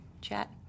chat